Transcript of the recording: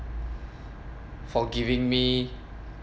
for giving me